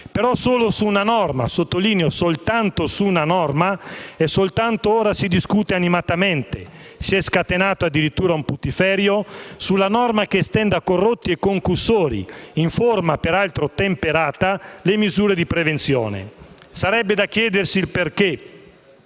Ma solo su una norma - lo sottolineo: soltanto su una norma - solamente ora si discute animatamente; si è scatenato addirittura un putiferio sulla norma che estende a corrotti e concussori, in forma peraltro temperata, le misure di prevenzione. Sarebbe da chiedersi il perché.